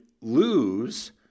lose